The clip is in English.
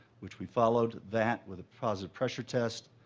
which we followed that with positive pressure test.